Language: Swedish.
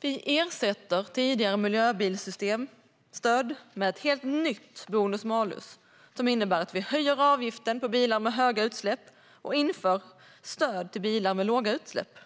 Vi ersätter tidigare miljöbilsstöd med ett helt nytt bonus-malus, som innebär att vi höjer avgiften för bilar med höga utsläpp och inför stöd till bilar med låga utsläpp.